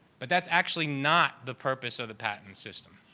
but that's actually not the purpose of the patent system.